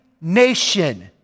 nation